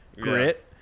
Grit